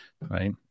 right